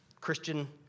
Christian